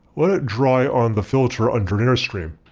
let it dry on the filter under an air stream.